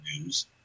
news